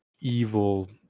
evil